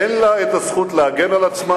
אין לה הזכות להגן על עצמה,